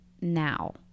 Now